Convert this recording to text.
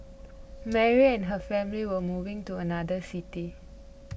Mary and her family were moving to another city